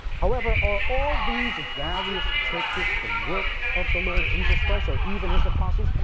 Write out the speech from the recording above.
however, are all these various churches the work of the lord jesus christ or even his apostles?